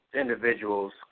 Individuals